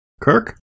Kirk